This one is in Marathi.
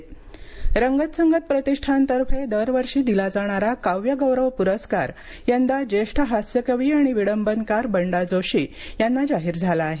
पुरस्कार रंगत संगत प्रतिष्ठानतर्फे दर वर्षी दिला जाणारा काव्य गौरव प्रस्कार यंदा ज्येष्ठ हास्यकवी आणि विडंबनकार बंडा जोशी यांना जाहीर झाला आहे